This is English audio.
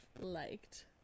liked